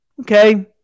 Okay